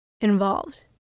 involved